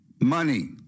money